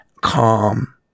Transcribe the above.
calm